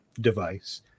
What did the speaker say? device